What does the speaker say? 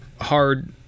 hard